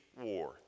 war